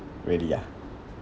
really ah